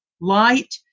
light